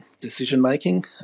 decision-making